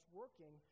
working